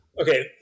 Okay